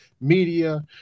media